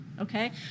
okay